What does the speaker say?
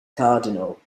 cardinal